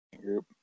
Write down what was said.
group